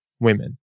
women